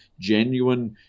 genuine